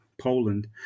Poland